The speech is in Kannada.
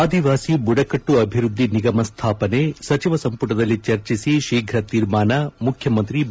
ಅದಿವಾಸಿ ಬುಡಕಟ್ಟು ಅಭಿವೃದ್ಧಿ ನಿಗಮ ಸ್ಥಾಪನೆ ಸಚಿವ ಸಂಪುಟದಲ್ಲಿ ಚರ್ಚಿಸಿ ಶೀಘ್ರ ತೀರ್ಮಾನ ಮುಖ್ಯಮಂತ್ರಿ ಬಿ